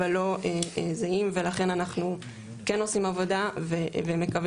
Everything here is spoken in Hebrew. אבל לא זהים ולכן אנחנו כן עושים עבודה ומקווים